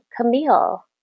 Camille